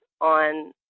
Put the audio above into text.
on